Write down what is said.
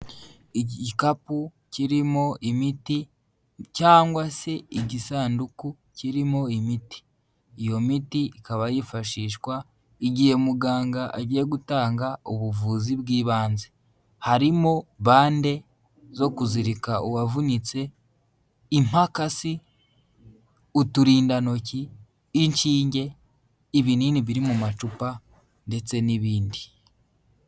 Igikapu kirimo imiti cyangwa se igisanduku kirimo imiti, iyo miti ikaba yifashishwa igihe muganga agiye gutanga ubuvuzi bw'ibanze, harimo bande zo kuzirika uwavunitse, imakasi, uturindantoki, inshinge, ibinini biri mu macupa ndetse n'ibindi.